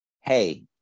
hey